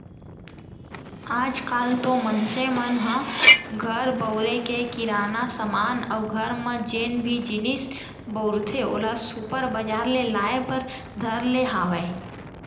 आज काल तो मनसे मन ह घर बउरे के किराना समान अउ घर म जेन भी जिनिस बउरथे ओला सुपर बजार ले लाय बर धर ले हावय